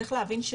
צריך להבין,